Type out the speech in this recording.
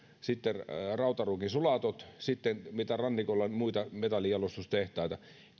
rautaruukin sulatot muut rannikon metallinjalostustehtaat